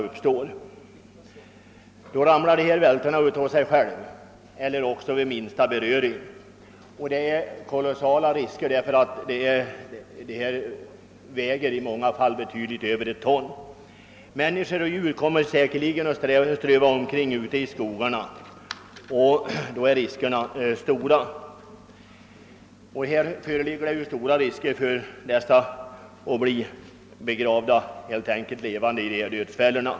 Vältorna ramlar då av sig själva eller vid minsta beröring. Eftersom de i många fall väger betydligt över 1 ton är riskerna stora för att människor och djur som strövar omkring i skogarna blir begravda levande i dessa dödsfällor.